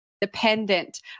dependent